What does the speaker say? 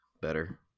better